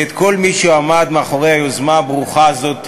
ואת כל מי שעמד מאחורי היוזמה הברוכה הזאת